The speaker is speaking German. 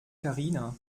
karina